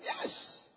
Yes